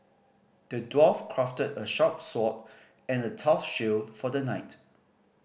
the dwarf crafted a sharp sword and a tough shield for the knight